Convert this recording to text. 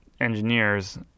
engineers